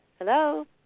Hello